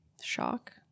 shock